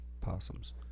Possums